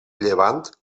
llevant